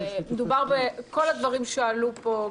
דובר על כל הדברים שעלו פה,